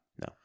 No